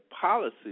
policy